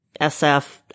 SF